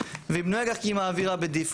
והיא בנויה כך כי היא מעבירה בדיפולט.